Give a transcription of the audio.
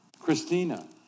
Christina